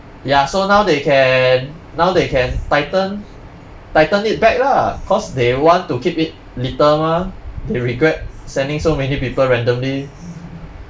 ya so now they can now they can tighten tighten it back lah cause they want to keep it little mah they regret sending so many people randomly